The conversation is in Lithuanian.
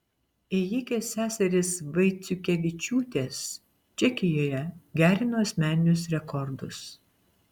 ėjikės seserys vaiciukevičiūtės čekijoje gerino asmeninius rekordus